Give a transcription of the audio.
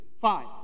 five